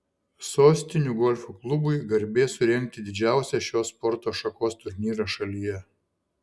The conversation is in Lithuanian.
sostinių golfo klubui garbė surengti didžiausią šios sporto šakos turnyrą šalyje